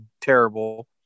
terrible